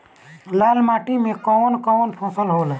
लाल माटी मे कवन कवन फसल होला?